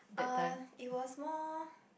uh it was more